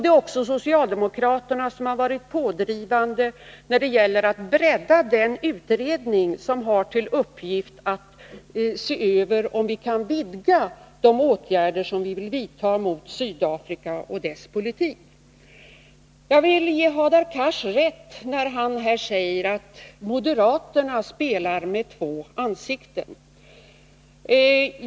Det är också socialdemokraterna som har varit pådrivande när det gällt att bredda den utredning som har till uppgift att se över om vi kan vidga de åtgärder som vi vill vidta mot Sydafrika och dess politik. Jag vill ge Hadar Cars rätt när han säger att moderaterna agerar med två ansikten.